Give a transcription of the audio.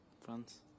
France